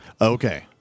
Okay